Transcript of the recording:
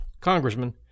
congressman